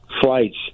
flights